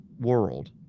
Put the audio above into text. world